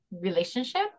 relationship